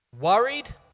Worried